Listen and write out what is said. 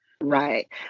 Right